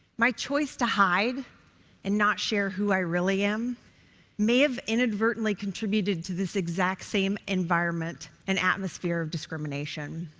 my choice to hide and not share who i really am may have inadvertently contributed to this exact same environment and atmosphere of discrimination.